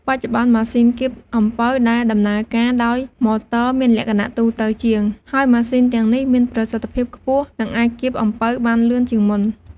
បច្ចុប្បន្ន ម៉ាស៊ីនកៀបអំពៅដែលដំណើរការដោយម៉ូទ័រមានលក្ខណៈទូទៅជាង ហើយម៉ាស៊ីនទាំងនេះមានប្រសិទ្ធភាពខ្ពស់ និងអាចកៀបអំពៅបានលឿនជាងមុន។